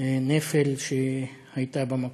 נפל שהייתה במקום.